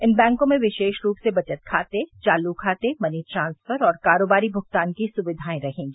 इन बैंकों में विशेष रूप से बवत खातें चालू खातें मनी ट्रांस्फर और कारोबारी भुगतान की सुविदाएं रहेंगी